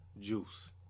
juice